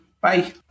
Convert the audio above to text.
Bye